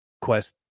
Quest